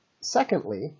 Secondly